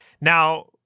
Now